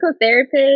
therapist